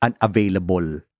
unavailable